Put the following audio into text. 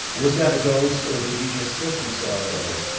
was that a ghost or did you just think you saw a ghost?